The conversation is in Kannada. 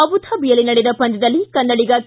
ಅಬುಧಾಬಿಯಲ್ಲಿ ನಡೆದ ಪಂದ್ದದಲ್ಲಿ ಕನ್ನಡಿಗ ಕೆ